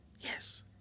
Yes